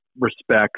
respects